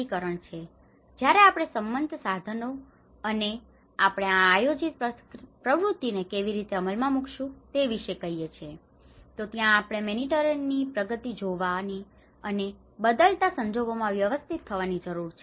તેથી જ્યારે આપણે સંમત સંસાધનો અને આપણે આ આયોજિત પ્રવૃત્તિઓને કેવી રીતે અમલમાં મૂકીશું તે વિશે કહીએ છીએ તો ત્યાં આપણે મોનિટરની પ્રગતિ જોવાની અને બદલાતા સંજોગોમાં વ્યવસ્થિત થવાની જરૂર છે